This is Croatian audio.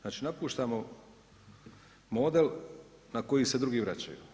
Znači napuštamo model na koji se drugi vraćaju.